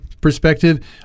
perspective